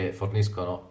forniscono